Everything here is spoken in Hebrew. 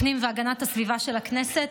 הפנים והגנת הסביבה של הכנסת,